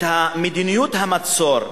את מדיניות המצור,